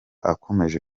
akomeje